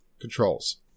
controls